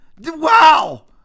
Wow